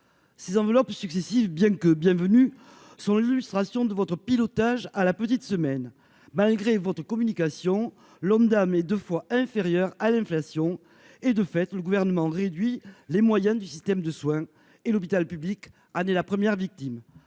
ces enveloppes successives, bien que Bienvenue sont l'illustration de votre pilotage à la petite semaine, malgré votre communication lambda, mais 2 fois inférieur à l'inflation et de fait, le gouvernement réduit les moyens du système de soins et l'hôpital public année la première victime,